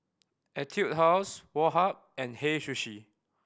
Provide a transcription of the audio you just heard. Etude House Woh Hup and Hei Sushi